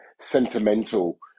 sentimental